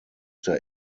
der